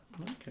Okay